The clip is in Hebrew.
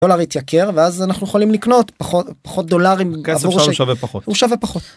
עולה מתייקר, ואז אנחנו יכולים לקנות פחות דולרים... הכסף שלנו שווה פחות, הוא שווה פחות.